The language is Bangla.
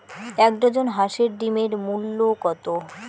এক ডজন হাঁসের ডিমের মূল্য কত?